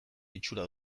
itxura